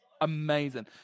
amazing